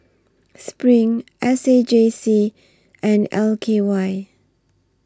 SPRING S A J C and L K Y